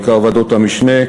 בעיקר ועדות המשנה,